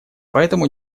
поэтому